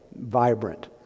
vibrant